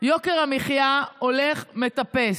יוקר המחיה הולך ומטפס.